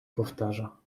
powtarza